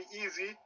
easy